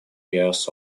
years